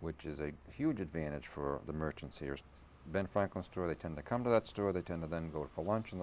which is a huge advantage for the merchants here as ben franklin store they tend to come to that store they tend to then go out for lunch in the